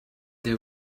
they